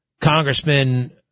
Congressman